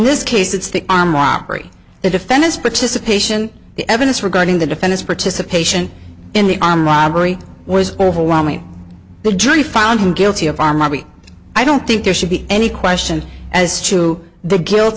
this case it's the on robbery the defendant's participation the evidence regarding the defense participation in the armed robbery was overwhelming the jury found him guilty of amare i don't think there should be any question as to the guilt